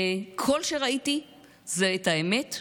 כל מה שראיתי זה את האמת.